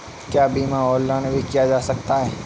क्या बीमा ऑनलाइन भी किया जा सकता है?